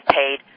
paid